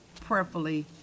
prayerfully